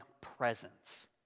presence